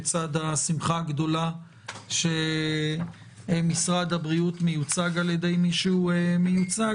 בצד השמחה הגדולה שמשרד הבריאות מיוצג על ידי מי שהוא מיוצג,